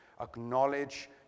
acknowledge